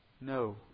No